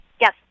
Yes